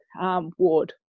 ward